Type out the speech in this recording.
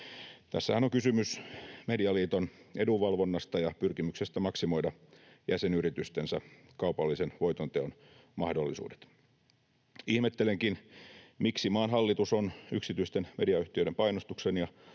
Tässähän on kysymys Medialiiton edunvalvonnasta ja pyrkimyksestä maksimoida jäsenyritystensä kaupallisen voitonteon mahdollisuudet. Ihmettelenkin, miksi maan hallitus on yksityisten mediayhtiöiden painostuksen ja